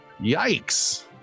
Yikes